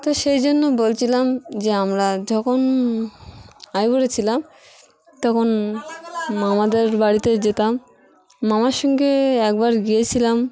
তো সেই জন্য বলছিলাম যে আমরা যখন আইবুড়ো ছিলাম তখন মামাদের বাড়িতে যেতাম মামার সঙ্গে একবার গিয়েছিলাম